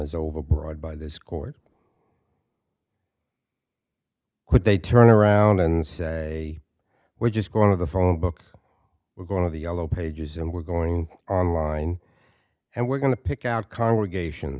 as overbroad by this court could they turn around and say we're just going to the phone book we're going to the yellow pages and we're going online and we're going to pick out congregation